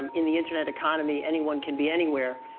in the internet economy, anyone can be anywhere.